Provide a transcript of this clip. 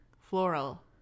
floral